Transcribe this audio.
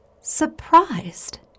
surprised